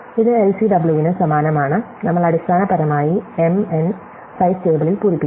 ഇത് എൽസിഡബ്ല്യുവിന് സമാനമാണ് നമ്മൾ അടിസ്ഥാനപരമായി m n സൈസ് ടേബിളിൽ പൂരിപ്പിക്കുന്നു